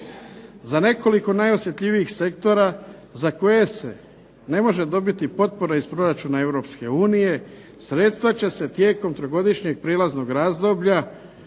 Za nekoliko najosjetljivijih sektora za koje se ne može dobiti potpora iz proračuna EU sredstva će se tijekom 3-godišnjeg prijelaznog razdoblja,